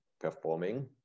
performing